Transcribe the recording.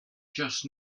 just